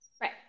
right